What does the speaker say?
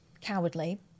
cowardly